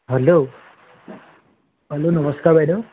hello hello নমস্কাৰ বাইদেউ